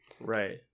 Right